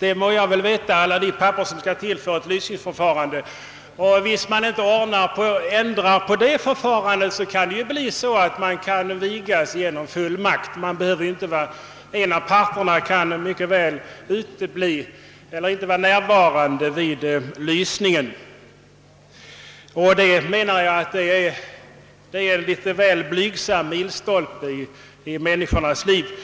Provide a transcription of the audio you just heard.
Det må jag väl veta, att det är fråga om pappersexercis! Om man inte ändrade på lysningsförfarandet men bifölle motionen skulle en person kunna vigas genom fullmakt, eftersom en av parterna mycket väl kan vara frånvarande vid lysningen. Jag me nar att den milstolpe som vigseln utgör i människans liv då skulle bli väl blygsam.